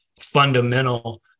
fundamental